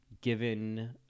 given